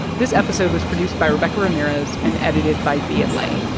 this episode was produced by rebecca ramirez and edited by viet le.